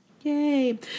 Yay